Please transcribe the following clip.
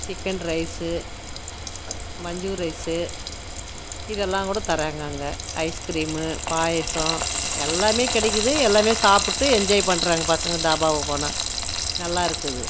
chicken rice மஞ்சூரி rice இதெல்லாம் கூட தராங்க அங்கே ஐஸ்கிரீம் பாயசம் எல்லாமே கிடைக்குது எல்லாமே சாப்பிட்டு என்ஜாய் பண்றாங்க பசங்க தாபாவுக்கு போனால் நல்லா இருக்குது